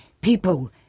people